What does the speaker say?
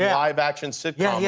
yeah live action sitcom yeah yeah